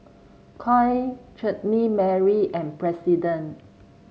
Koi Chutney Mary and President